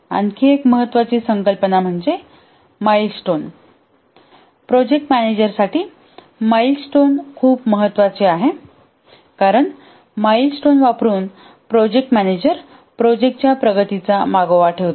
आणखी एक महत्त्वाची संकल्पना म्हणजे माइल स्टोन प्रोजेक्ट मॅनेजर साठी माइल स्टोन खूप महत्वाचा आहे कारण माइल स्टोन वापरुन प्रोजेक्ट मॅनेजर प्रोजेक्टच्या प्रगतीचा मागोवा ठेवतो